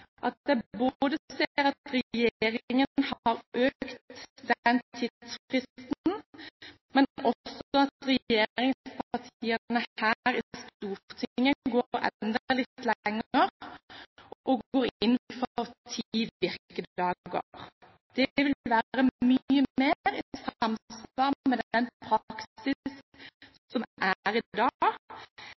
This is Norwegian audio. det med stor tilfredshet jeg ser at regjeringen har økt den tidsfristen, og at regjeringspartiene her på Stortinget går enda litt lenger og går inn for ti virkedager. Det vil være mye mer i samsvar med den praksis som er i dag.